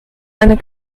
eine